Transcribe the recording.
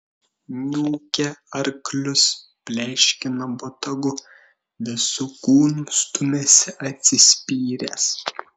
niūkia arklius pleškina botagu visu kūnu stumiasi atsispyręs